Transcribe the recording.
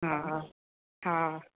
हा हा